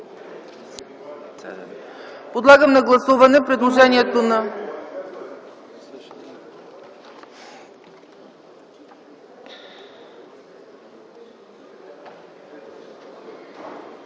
Подлагам на гласуване предложението на